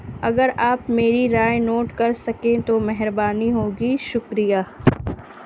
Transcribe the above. اگر آپ میری رائے نوٹ کر سکیں تو مہربانی ہوگی شکریہ